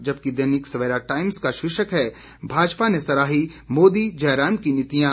जबकि दैनिक सवेरा का शीर्षक है भाजपा ने सराही मोदी जयराम की नीतियां